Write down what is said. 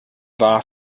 war